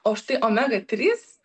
o štai omega trys